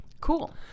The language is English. cool